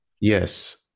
Yes